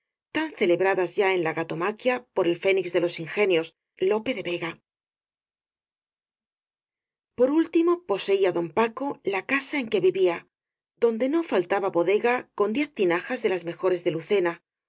celebradas ya en la gatomaquia por el fénix de los ingenios lope de vega por último poseía don paco la casa en que vivía donde no faltaban bodega con diez tinajas de las mejores de lucena